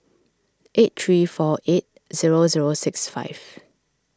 eight three four eight zero zero six five